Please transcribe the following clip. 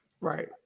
Right